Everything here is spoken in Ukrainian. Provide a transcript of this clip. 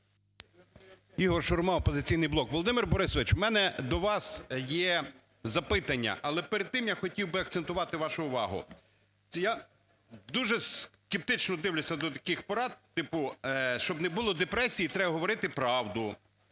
Володимир Борисович, в мене до вас є запитання. Але перед тим я хотів би акцентувати вашу увагу, я дуже скептично дивлюся до таких порад типу: щоб не було депресій, треба говорити правду;